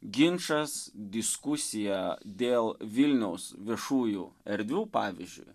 ginčas diskusija dėl vilniaus viešųjų erdvių pavyzdžiui